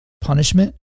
punishment